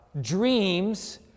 dreams